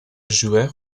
joueurs